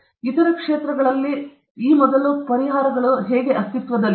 ಇತರ ಕ್ಷೇತ್ರಗಳಲ್ಲಿ ಏನು ಮೊದಲು ಪರಿಹಾರಗಳು ಅಸ್ತಿತ್ವದಲ್ಲಿವೆ